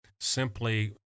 simply